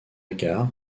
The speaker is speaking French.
gare